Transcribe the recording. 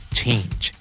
change